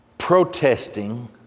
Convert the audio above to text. protesting